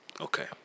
Okay